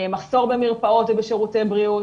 מחסור במרפאות ובשירותי בריאות.